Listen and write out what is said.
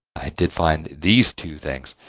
i did find these two things,